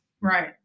Right